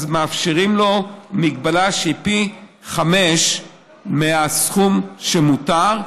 מאפשרים לו מגבלה שהיא פי חמישה מהסכום שמותר.